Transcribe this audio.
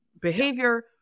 behavior